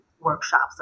workshops